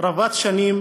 רבת שנים